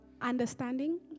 understanding